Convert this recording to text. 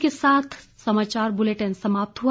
इसी के साथ ये समाचार बुलेटिन समाप्त हुआ